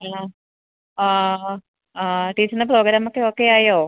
hello ആ ആ ടീച്ചറിന്റെ പ്രോഗ്രാമൊക്കെ ഓക്കെയായോ